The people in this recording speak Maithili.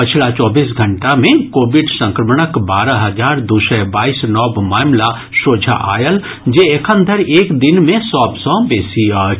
पछिला चौबीस घंटा मे कोविड संक्रमणक बारह हजार दू सय बाईस नव मामिला सोझा आयल जे एखन धरि एक दिन मे सभ सँ बेसी अछि